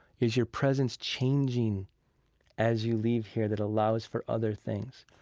is your presence changing as you leave here that allows for other things?